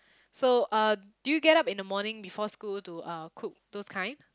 so uh do you get up in the morning before school to uh cook those kind